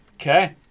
Okay